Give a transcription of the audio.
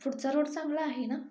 पुढचा रोड चांगला आहे ना